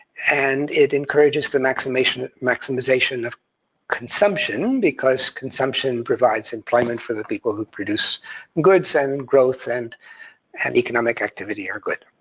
and encourages the maximization maximization of consumption, because consumption provides employment for the people who produce goods, and growth and and economic activity are good.